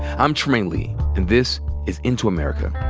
i'm trymaine lee. and this is into america.